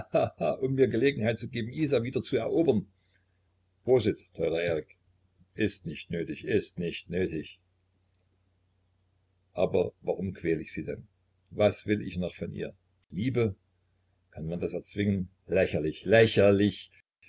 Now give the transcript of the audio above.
um mir gelegenheit zu geben isa wieder zu erobern prosit teurer erik ist nicht nötig ist nicht nötig aber warum quäl ich sie denn was will ich noch von ihr liebe kann man das erzwingen lächerlich lächerlich